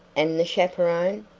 and the chaperon?